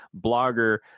blogger